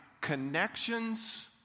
connections